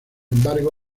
embargo